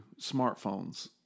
smartphones